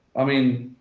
i mean,